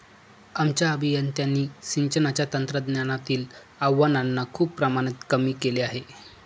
आमच्या अभियंत्यांनी सिंचनाच्या तंत्रज्ञानातील आव्हानांना खूप प्रमाणात कमी केले आहे